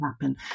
happen